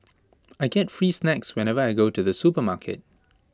I get free snacks whenever I go to the supermarket